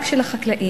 רק של החקלאים,